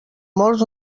molts